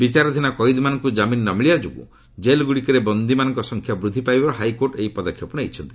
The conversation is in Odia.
ବିଚାରାଧୀନ କଏଦୀମାନଙ୍କୁ ଜାମିନ ନ ମିଳିବା ଯୋଗୁଁ ଜେଲ୍ଗୁଡ଼ିକରେ ବନ୍ଦୀମାନଙ୍କ ସଂଖ୍ୟା ବୃଦ୍ଧି ପାଇବାରୁ ହାଇକୋର୍ଟ ଏହି ପଦକ୍ଷେପ ନେଇଛନ୍ତି